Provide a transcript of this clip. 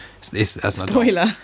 Spoiler